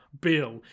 Bill